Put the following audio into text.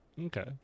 Okay